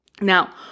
Now